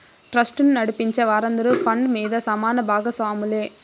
ట్రస్టును నడిపించే వారందరూ ఫండ్ మీద సమాన బాగస్వాములే